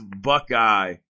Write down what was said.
Buckeye